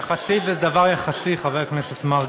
יחסית שקט, יחסית זה דבר יחסי, חבר הכנסת מרגי.